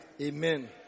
Amen